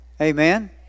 Amen